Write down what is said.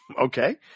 Okay